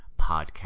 Podcast